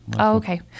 Okay